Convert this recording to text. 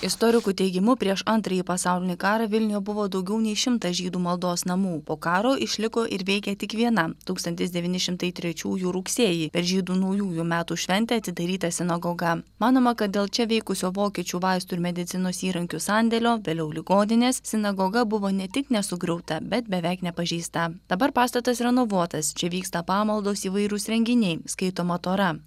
istorikų teigimu prieš antrąjį pasaulinį karą vilniuje buvo daugiau nei šimtas žydų maldos namų po karo išliko ir veikia tik viena tūkstantis devyni šimtai trečiųjų rugsėjį per žydų naujųjų metų šventę atidaryta sinagoga manoma kad dėl čia veikusio vokiečių vaistų ir medicinos įrankių sandėlio vėliau ligoninės sinagoga buvo ne tik nesugriauta bet beveik nepažeista dabar pastatas renovuotas čia vyksta pamaldos įvairūs renginiai skaitoma tora